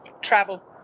Travel